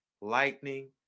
lightning